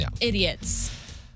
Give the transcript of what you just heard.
Idiots